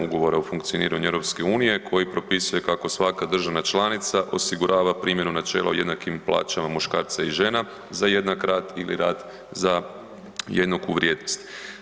Ugovora o funkcioniranju EU koji propisuje kako svaka država članica osigurava primjenu načela jednakim plaćama muškarca i žena za jednak rad ili rad za jednaku vrijednost.